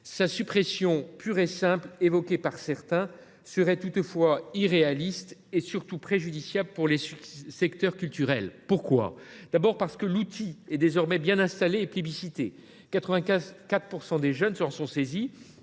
Sa suppression pure et simple, évoquée par certains, serait toutefois irréaliste et surtout préjudiciable à nombre de secteurs culturels. Tout d’abord, l’outil est désormais mis en œuvre et plébiscité : 94 % des jeunes s’en sont saisis.